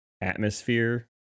atmosphere